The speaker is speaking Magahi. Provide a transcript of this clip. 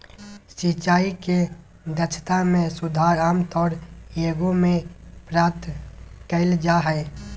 सिंचाई के दक्षता में सुधार आमतौर एगो में प्राप्त कइल जा हइ